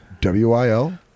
W-I-L